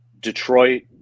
detroit